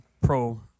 pro